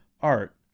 art